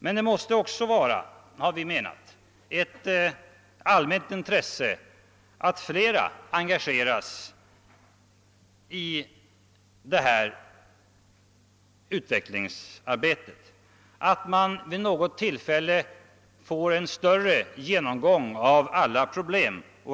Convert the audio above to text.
Men det måste också vara, har vi menat, ett allmänt intresse att fler engageras i detta utvecklingsarbete, att man vid något tillfälle får en större genomgång av alla problem.